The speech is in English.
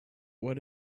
what